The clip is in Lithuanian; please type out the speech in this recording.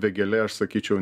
vėgėlė aš sakyčiau